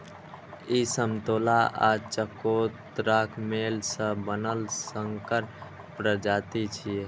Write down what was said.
ई समतोला आ चकोतराक मेल सं बनल संकर प्रजाति छियै